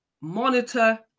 monitor